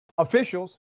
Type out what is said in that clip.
Officials